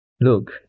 Look